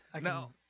No